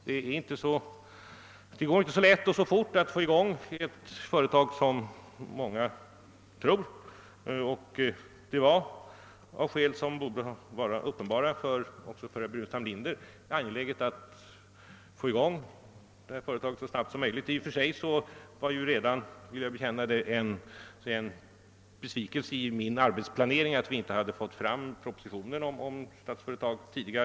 Det går inte så lätt och fort att starta ett företag som många tror, men av skäl som borde vara uppenbara också för herr Burenstam Linder var det angeläget att företaget kom i gång så snabbt som möjligt. Jag vill bekänna att det i och för sig var en besvikelse i min arbetsplanering att vi inte tidigare fick fram propositionen om Statsföretag AB.